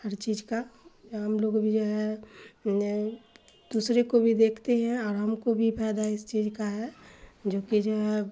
ہر چیز کا ہم لوگ بھی جو ہے دوسرے کو بھی دیکھتے ہیں اور ہم کو بھی فائدہ اس چیز کا ہے جو کہ جو ہے